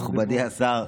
מכובדי השר,